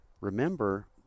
remember